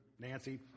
Nancy